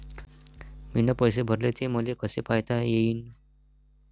मीन पैसे भरले, ते मले कसे पायता येईन?